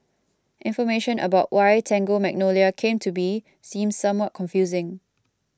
information about why Tango Magnolia came to be seems somewhat confusing